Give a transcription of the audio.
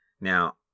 Now